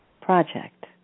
project